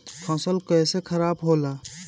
फसल कैसे खाराब होला?